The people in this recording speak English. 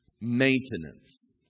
Maintenance